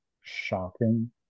shocking